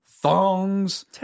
thongs